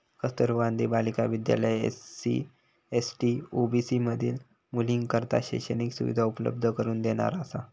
कस्तुरबा गांधी बालिका विद्यालय SC, ST, OBC मधील मुलींकरता शैक्षणिक सुविधा उपलब्ध करून देणारा असा